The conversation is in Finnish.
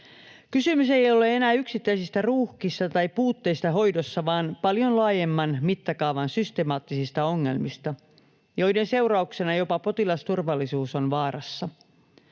Kysymys ei ole enää yksittäisistä ruuhkista tai puutteista hoidossa vaan paljon laajemman mittakaavan systemaattisista ongelmista, joiden seurauksena jopa potilasturvallisuus on vaarassa.